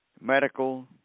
medical